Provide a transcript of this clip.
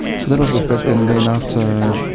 so that was the first. and then after